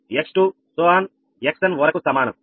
𝑥𝑛 వరకు సమానం